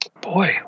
boy